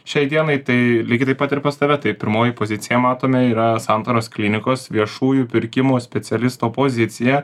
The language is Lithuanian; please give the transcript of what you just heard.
šiai dienai tai lygiai taip pat ir pas tave tai pirmoji pozicija matome yra santaros klinikos viešųjų pirkimų specialisto pozicija